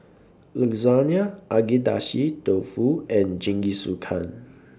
Lasagne Agedashi Dofu and Jingisukan